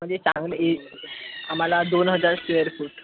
म्हणजे चांगले एक आम्हाला दोन हजार स्क्वेअर फूट